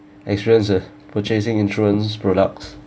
experience in purchasing insurance products